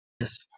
Yes